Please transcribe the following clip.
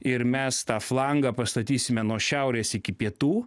ir mes tą flangą pastatysime nuo šiaurės iki pietų